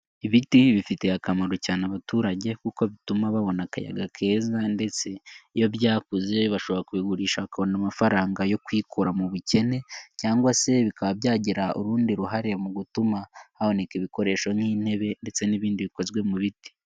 Ibiti bifitiye akamaro cyane abaturage kuko bituma babona akayaga keza ndetse iyo byakuze bashobora kubigurisha bakabona amafaranga yo kwikura mu bukene cyangwa se bikaba byagira urundi ruhare mu gutuma haboneka ibikoresho nk'intebe ndetse n'ibindi bikozwe mu biti.